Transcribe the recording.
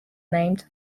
named